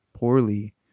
poorly